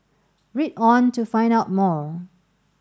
read on to find out more